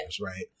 right